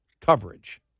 coverage